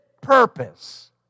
purpose